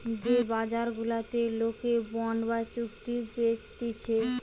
যে বাজার গুলাতে লোকে বন্ড বা চুক্তি বেচতিছে